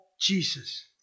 Jesus